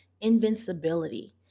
invincibility